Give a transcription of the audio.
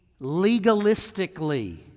legalistically